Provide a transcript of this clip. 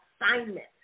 assignment